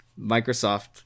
microsoft